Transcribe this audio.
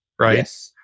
right